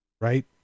right